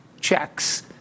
checks